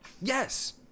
Yes